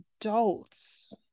adults